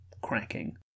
cracking